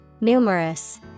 Numerous